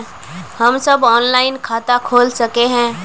हम सब ऑनलाइन खाता खोल सके है?